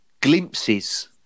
glimpses